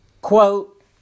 quote